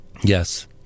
Yes